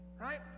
right